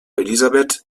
elisabeth